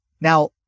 Now